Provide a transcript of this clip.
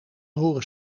horen